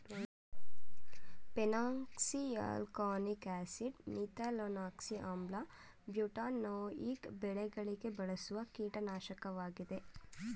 phenoxyalkanoic acid, methylphenoxy ಆಮ್ಲ, butanoic ಬೆಳೆಗಳಿಗೆ ಬಳಸುವ ಕೀಟನಾಶಕವಾಗಿದೆ